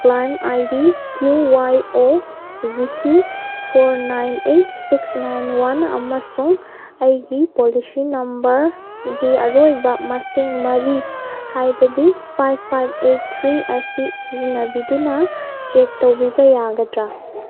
claim I D Q Y O V four nine eight six nine one ꯑꯃꯁꯨꯡ ꯑꯩꯒꯤ policy ꯅꯝꯕꯔꯒꯤ ꯑꯔꯣꯏꯕ ꯃꯁꯤꯡ ꯃꯔꯤ ꯍꯥꯏꯕꯗꯤ ꯐꯥꯏꯚ ꯐꯥꯏꯚ ꯑꯩꯠ ꯊ꯭ꯔꯤ ꯑꯁꯤ ꯁꯤꯖꯤꯟꯅꯕꯤꯗꯨꯅ ꯆꯦꯛ ꯇꯧꯕꯤꯕ ꯌꯥꯒꯗ꯭ꯔꯥ